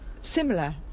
similar